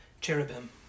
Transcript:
cherubim